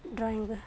drawing